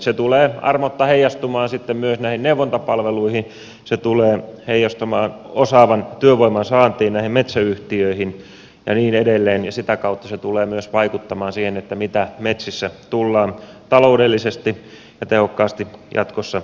se tulee armotta heijastumaan sitten myös näihin neuvontapalveluihin se tulee heijastumaan osaavan työvoiman saantiin näihin metsäyhtiöihin ja niin edelleen ja sitä kautta se tulee myös vaikuttamaan siihen mitä metsissä tullaan taloudellisesti ja tehokkaasti jatkossa tekemään